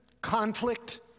conflict